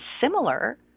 similar